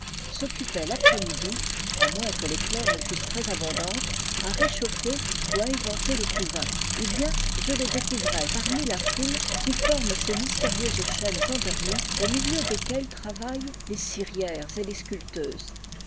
s'occupaient l'après-midi à moins que les fleurs ne tussent très abondantes à réchauffer ou à éventer le couvain ou bien je les découvrais parmi la foule qui forme ces mystérieuses chaînes endormies au milieu desquelles travaillent les cirières et les sculpteuses